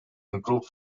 improved